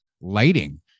lighting